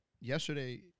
yesterday